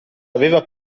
aveva